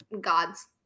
gods